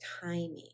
timing